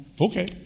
Okay